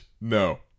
no